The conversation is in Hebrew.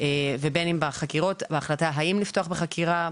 ובין אם בחקירות ובהחלטה האם לפתוח בחקירה,